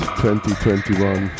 2021